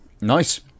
Nice